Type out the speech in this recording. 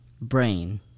brain